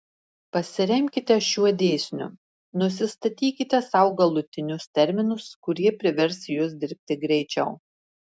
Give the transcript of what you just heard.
pasiremkite šiuo dėsniu nusistatykite sau galutinius terminus kurie privers jus dirbti greičiau